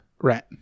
right